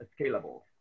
scalable